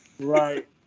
Right